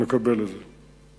אני מקבל את זה.